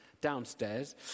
downstairs